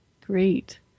Great